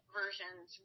versions